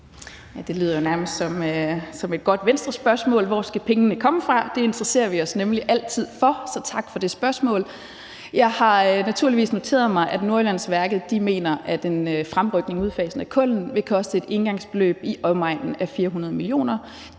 Det lyder jo nærmest som et godt Venstrespørgsmål: Hvor skal pengene komme fra? Det interesserer vi os nemlig altid for, så tak for det spørgsmål. Jeg har naturligvis noteret mig, at Nordjyllandsværket mener, at en fremrykning af udfasningen af kul vil koste et engangsbeløb i omegnen af 400 mio.